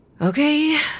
Okay